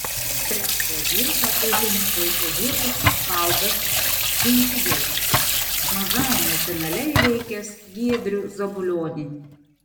trečią vietą užėmė klaipėdietis valdas vindžigelskis mažajame finale įveikęs giedrių zabulionį